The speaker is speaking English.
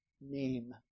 name